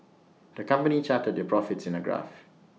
the company charted their profits in A graph